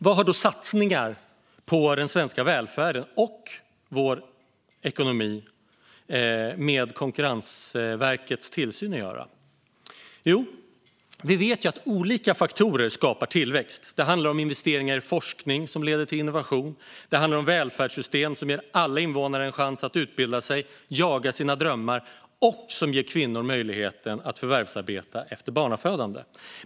Vad har då satsningar på den svenska välfärden och vår ekonomi med Konkurrensverkets tillsyn att göra? Jo, vi vet att olika faktorer skapar tillväxt. Det handlar om investeringar i forskning som leder till innovationer. Det handlar också om välfärdssystem som ger alla invånare en chans att utbilda sig och jaga sina drömmar och som ger kvinnor möjligheten att förvärvsarbeta efter barnafödande.